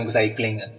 cycling